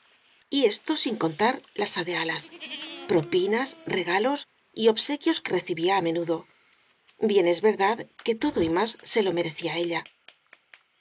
año y esto sin contar las adehalas pro pinas regalos y obsequios que recibía á menudo bien es verdad que todo y más se lo merecía ella